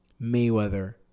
Mayweather